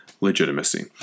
legitimacy